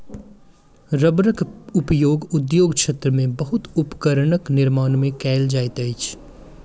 रबड़क उपयोग उद्योग क्षेत्र में बहुत उपकरणक निर्माण में कयल जाइत अछि